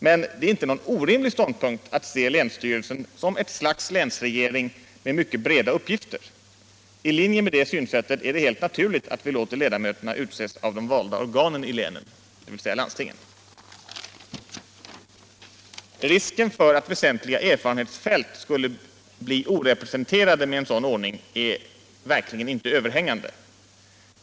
Men det är inte orimligt att se länsstyrelsen som ett slags länsregering med mycket breda uppgifter. I linje med det synsättet är det helt naturligt att vi låter ledamöterna utses av de valda organen i länen, landstingen. Risken för att väsentliga erfarenhetsfält skulle bli orepresenterade med en sådan ordning är verkligen inte överhängande.